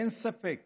אין ספק